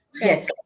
Yes